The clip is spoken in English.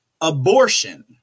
abortion